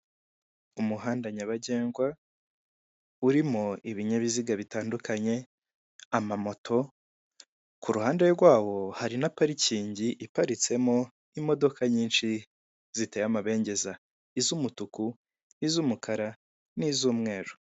Umuhanda nyabagendwa, urimo ibinyabiziga bitandukanye, ama moto, ku ruhande rwawo, hari na parikingi iparitsemo imodoka nyinshi ziteye amabengeza, iz'umutuku, iz'umukara, n'izumweru.